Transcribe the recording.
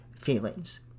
feelings